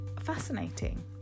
fascinating